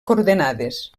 coordenades